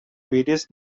various